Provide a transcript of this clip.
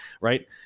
right